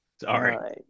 Sorry